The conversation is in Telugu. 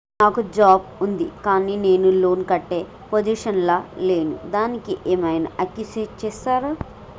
నాకు జాబ్ ఉంది కానీ నేను లోన్ కట్టే పొజిషన్ లా లేను దానికి ఏం ఐనా ఎక్స్క్యూజ్ చేస్తరా?